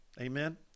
Amen